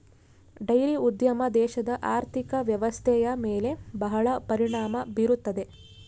dairy ಉದ್ಯಮ ದೇಶದ ಆರ್ಥಿಕ ವ್ವ್ಯವಸ್ಥೆಯ ಮೇಲೆ ಬಹಳ ಪರಿಣಾಮ ಬೀರುತ್ತದೆ